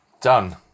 Done